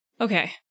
Okay